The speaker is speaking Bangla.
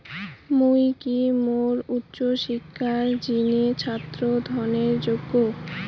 মুই কি মোর উচ্চ শিক্ষার জিনে ছাত্র ঋণের যোগ্য?